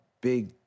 big